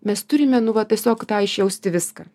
mes turime nu va tiesiog tą išjausti viską